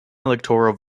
electoral